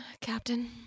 Captain